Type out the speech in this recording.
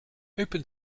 open